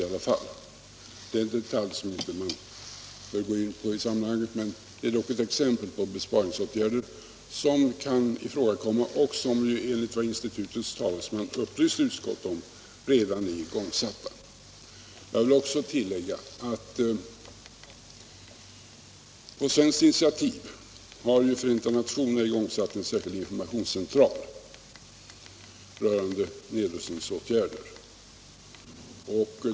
Det är en detalj i sammanhanget, men det är dock ett exempel på besparingsåtgärder som kan ifrågakomma mentets verksam hetsområde och som, enligt vad institutets talesman har upplyst utskottet om, redan är igångsatta. Jag vill tillägga att på svenskt initiativ har FN inrättat en särskild informationscentral rörande nedrustningsåtgärder.